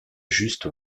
juste